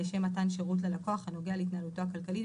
לשם מתן שירות ללקוח הנוגע להתנהלותו הכלכלית,